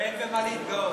ואין במה להתגאות.